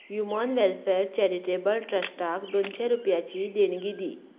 human welfare charitable ट्रस्टाक दोनशे रुपयाची देणगी दी